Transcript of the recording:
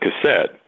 cassette